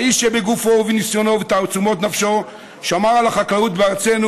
האיש שבגופו ובניסיונו ובתעצומות נפשו שמר על החקלאות בארצנו